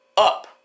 up